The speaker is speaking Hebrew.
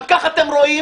גם ככה אתם רואים